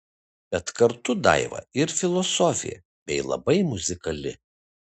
bet kartu daiva ir filosofė bei labai muzikali